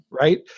right